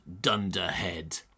dunderhead